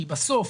כי בסוף,